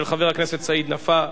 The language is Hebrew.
של חבר הכנסת סעיד נפאע,